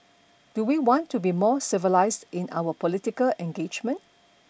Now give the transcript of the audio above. do we want to be more civilised in our political engagement